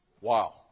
Wow